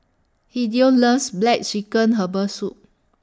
Hideo loves Black Chicken Herbal Soup